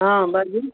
हँ बाजियौ